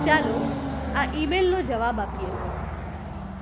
ચાલો આ ઈમેલનો જવાબ આપીએ